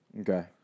Okay